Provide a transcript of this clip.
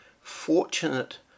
Fortunate